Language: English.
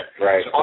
Right